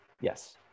Yes